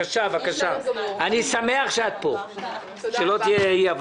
קיימנו דיון על העניין הזה והועלה כאן על ידי החברים שהתקציב